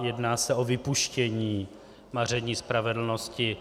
Jedná se o vypuštění maření spravedlnosti.